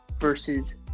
versus